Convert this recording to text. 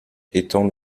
étant